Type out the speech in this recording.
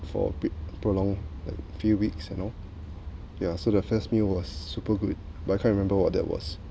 for prolonged like few weeks and all yeah so the first meal was super good but I can't remember what that was